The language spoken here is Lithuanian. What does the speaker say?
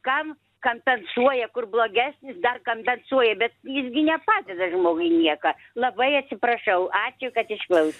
kam kampensuoja kur blogesnis dar kampensuoja bet jis gi nepadeda žmogui nieką labai atsiprašau ačiū kad išklausė